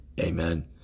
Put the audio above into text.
Amen